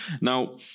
Now